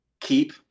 keep